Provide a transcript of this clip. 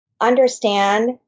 understand